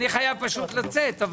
אני חייב פשוט לצאת.